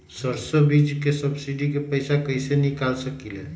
सरसों बीज के सब्सिडी के पैसा कईसे निकाल सकीले?